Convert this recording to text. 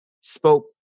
spoke